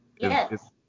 Yes